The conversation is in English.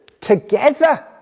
Together